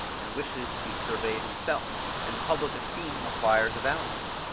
and wishes to be surveyed himself and public esteem acquires a value.